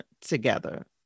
together